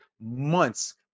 months